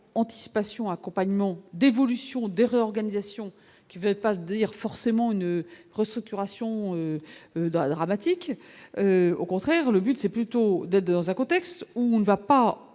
anticipation accompagnement d'évolution de réorganisation qui va être passe dire forcément une restructuration dramatique, au contraire, le but, c'est plutôt d'être dans un contexte où on ne va pas,